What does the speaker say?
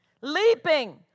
leaping